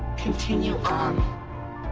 continue on